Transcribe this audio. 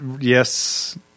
Yes